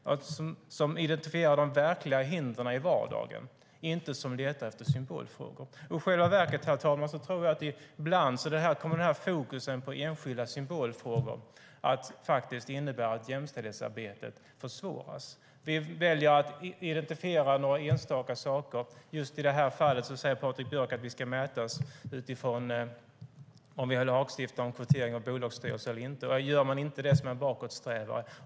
Man ska identifiera de verkliga hindren i vardagen, inte leta efter symbolfrågor. Herr talman! I själva verket tror jag att fokuset på enskilda symbolfrågor, när vi väljer att identifiera några enstaka saker, ibland kommer att innebära att jämställdhetsarbetet försvåras. I det här fallet säger Patrik Björck att vi ska mätas utifrån om vi lagstiftar om kvotering till bolagsstyrelser eller inte. Gör man inte det är man en bakåtsträvare.